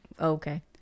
okay